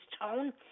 tone